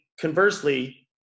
conversely